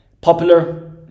popular